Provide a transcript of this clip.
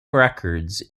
records